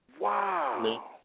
Wow